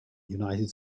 united